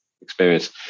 experience